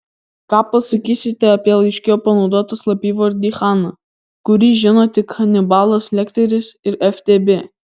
ką pasakysite apie laiške panaudotą slapyvardį hana kurį žino tik hanibalas lekteris ir ftb